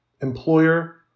employer